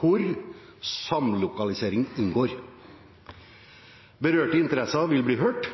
hvor samlokalisering inngår. Berørte interesser vil bli hørt,